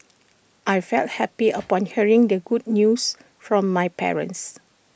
I felt happy upon hearing the good news from my parents